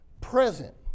present